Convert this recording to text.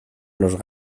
los